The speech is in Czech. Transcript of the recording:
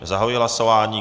Zahajuji hlasování.